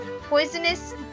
poisonous